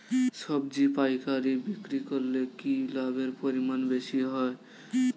সবজি পাইকারি বিক্রি করলে কি লাভের পরিমাণ বেশি হয়?